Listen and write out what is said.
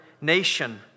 Nation